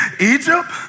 Egypt